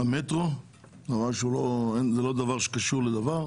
המטרו למרות שזה לא דבר שקשור לדבר.